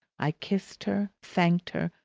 i kissed her, thanked her,